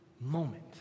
moment